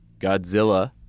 Godzilla